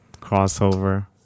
crossover